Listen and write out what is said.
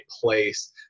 place